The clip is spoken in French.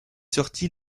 sorti